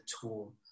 tool